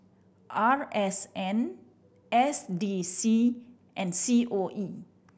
R S N S D C and C O E